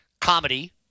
Comedy